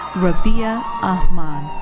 rabeea ahmad.